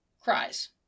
cries